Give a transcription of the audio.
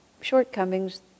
shortcomings